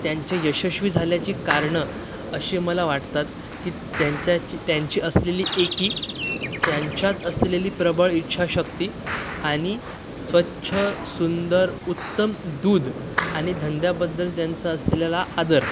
त्यांच्या यशस्वी झाल्याची कारणं असे मला वाटतात की त्यांच्याची त्यांची असलेली एकी त्यांच्यात असलेली प्रबळ इच्छा शक्ती आणि स्वच्छ सुंदर उत्तम दूध आणि धंद्याबद्दल त्यांचा असलेला आदर